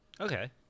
Okay